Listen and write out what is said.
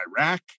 Iraq